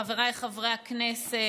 חבריי חברי הכנסת,